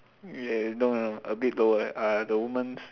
yeah no no a bit lower err the woman's